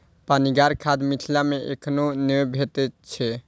पनिगर खाद मिथिला मे एखनो नै भेटैत छै